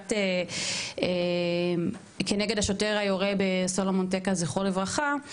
למשפט כנגד השוטר היורה בסלומון טקה זכו לברכה,